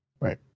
Right